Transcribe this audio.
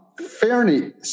fairly